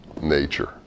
nature